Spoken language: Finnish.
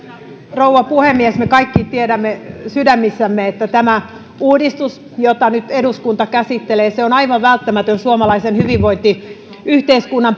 rouva puhemies me kaikki tiedämme sydämissämme että tämä uudistus jota nyt eduskunta käsittelee on aivan välttämätön suomalaisen hyvinvointiyhteiskunnan